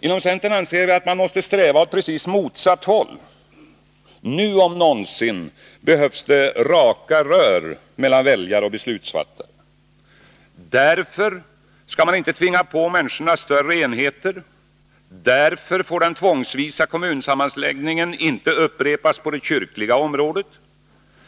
Vi i centern anser att man måste sträva mot precis motsatt håll. Nu om någonsin behövs det ”raka rör” mellan väljare och beslutsfattare. Därför skall man inte tvinga på människorna större enheter. Därför får den tvångsvisa kommunsammanläggningen inte upprepas på det kyrkliga området.